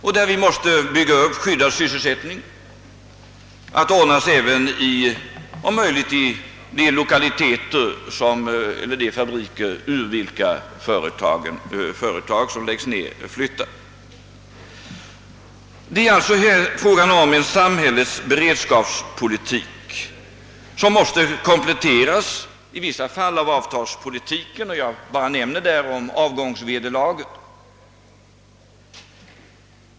Vi måste i sådana fall bygga upp skyddad sysselsättning, att anordnas om möjligt även i de lokaler som blir tomma sedan ett företag läggs ned. Det är alltså fråga om en samhällets beredskapspolitik, som måste kompletteras i vissa fall av avtalspolitiken. Jag nämner därvidlag endast avgångsvederlaget.